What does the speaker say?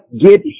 get